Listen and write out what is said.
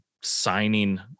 signing